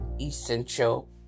Essential